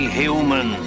human